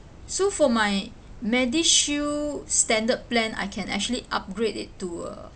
so for my medishield standard plan I can actually upgrade it to a